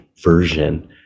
version